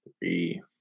three